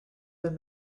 been